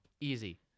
easy